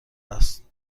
است